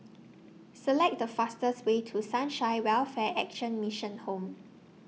Select The fastest Way to Sunshine Welfare Action Mission Home